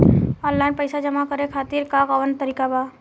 Online पइसा जमा करे खातिर कवन तरीका बा?